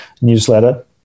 newsletter